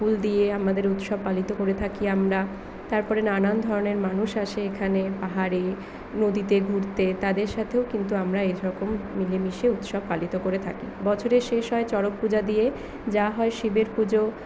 ফুল দিয়ে আমাদের উৎসব পালিত করে থাকি আমরা তারপরে নানান ধরনের মানুষ আসে এখানে পাহাড়ে নদীতে ঘুরতে তাদের সাথেও কিন্তু আমরা এরকম মিলেমিশে উৎসব পালিত করে থাকি বছরের শেষ হয় চড়ক পূজা দিয়ে যা হয় শিবের পুজো